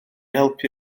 helpu